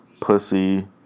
pussy